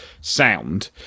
sound